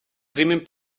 crimen